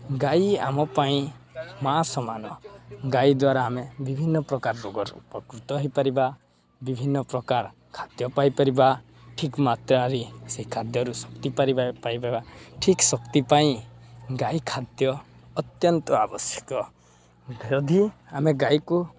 ଗାଈ ଆମ ପାଇଁ ମା' ସମାନ ଗାଈ ଦ୍ୱାରା ଆମେ ବିଭିନ୍ନପ୍ରକାର ରୋଗରୁ ଉପକୃତ ହେଇପାରିବା ବିଭିନ୍ନପ୍ରକାର ଖାଦ୍ୟ ପାଇପାରିବା ଠିକ୍ ମାତ୍ରାରେ ସେ ଖାଦ୍ୟରୁ ଶକ୍ତି ପିବା ପାଇପାରିବା ଠିକ୍ ଶକ୍ତି ପାଇଁ ଗାଈ ଖାଦ୍ୟ ଅତ୍ୟନ୍ତ ଆବଶ୍ୟକ ଯଦି ଆମେ ଗାଈକୁ